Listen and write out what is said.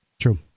True